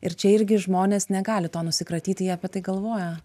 ir čia irgi žmonės negali to nusikratyti jie apie tai galvoja